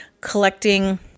collecting